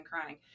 crying